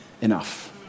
enough